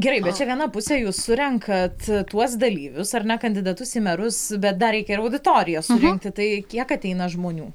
gerai bet čia viena pusė jūs surenkat tuos dalyvius ar ne kandidatus į merus bet dar reikia ir auditoriją surinkti tai kiek ateina žmonių